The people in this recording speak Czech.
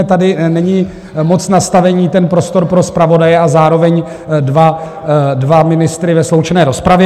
Tady není moc nastavení, ten prostor pro zpravodaje a zároveň dva ministry ve sloučené rozpravě.